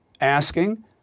asking